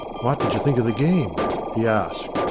what did you think of the game, he asked.